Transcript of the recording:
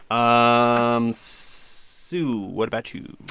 um sue, what about you?